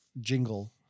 Jingle